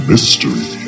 mystery